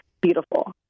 beautiful